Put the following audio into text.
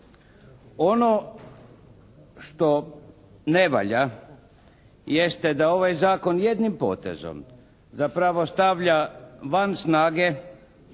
Ono što ne valja jeste da ovaj zakon jednim potezom zapravo stavlja van snage